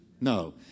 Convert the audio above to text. No